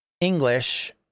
English